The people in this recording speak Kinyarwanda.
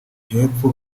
hepfo